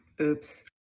Oops